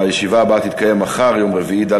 הישיבה הבאה תתקיים מחר, יום רביעי,